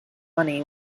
money